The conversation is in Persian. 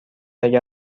اگر